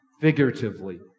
figuratively